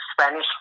Spanish